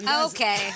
Okay